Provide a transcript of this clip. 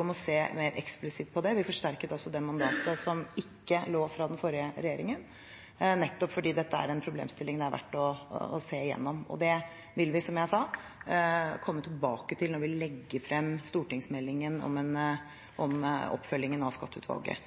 om å se mer eksplisitt på det. Vi forsterket altså det som ikke lå fra den forrige regjeringen nettopp fordi dette er en problemstilling som det er verdt å se gjennom, og det vil vi, som jeg sa, komme tilbake til når vi legger frem stortingsmeldingen om oppfølgingen av Skatteutvalget.